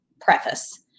preface